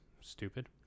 stupid